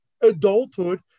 adulthood